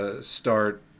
Start